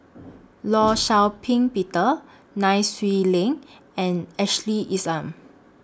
law Shau Ping Peter Nai Swee Leng and Ashley Isham